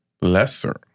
lesser